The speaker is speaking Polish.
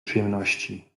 przyjemności